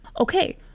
Okay